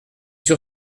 sur